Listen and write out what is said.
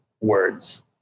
words